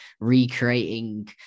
recreating